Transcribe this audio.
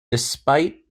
despite